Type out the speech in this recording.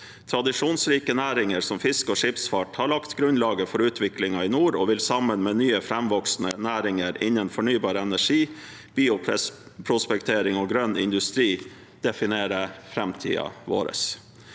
Tradisjonsrike næringer som fiske og skipsfart har lagt grunnlaget for utviklingen i nord og vil sammen med nye, framvoksende næringer innen fornybar energi, bioprospektering og grønn industri definere framtiden vår.